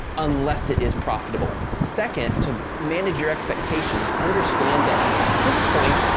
unless it is profitable. second, to manage your expectations, understand that at this point,